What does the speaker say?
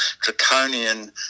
draconian